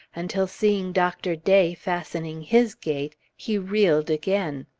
until seeing dr. day fastening his gate, he reeled again.